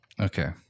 Okay